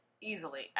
easily